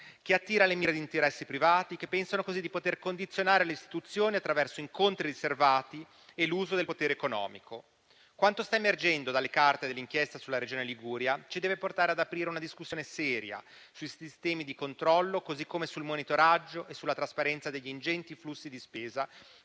che attira le mire di interessi privati, che pensano così di poter condizionare le istituzioni attraverso incontri riservati e l'uso del potere economico. Quanto sta emergendo dalle carte dell'inchiesta sulla Regione Liguria ci deve portare ad aprire una discussione seria sui sistemi di controllo, così come sul monitoraggio e sulla trasparenza degli ingenti flussi di spesa